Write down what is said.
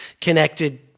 connected